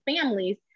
families